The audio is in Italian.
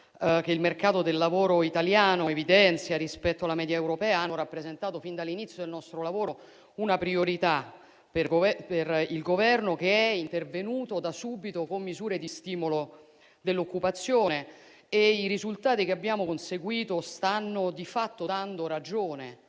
che il mercato del lavoro italiano evidenzia rispetto alla media europea hanno rappresentato fin dall'inizio del nostro lavoro una priorità per il Governo, che è intervenuto da subito con misure di stimolo dell'occupazione. E i risultati che abbiamo conseguito stanno di fatto dando ragione